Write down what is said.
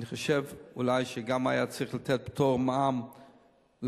אני חושב אולי שגם היה צריך לתת פטור ממע"מ לשנתיים,